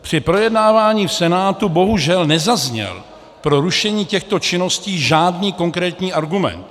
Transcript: Při projednávání v Senátu bohužel nezazněl pro rušení těchto činností žádný konkrétní argument.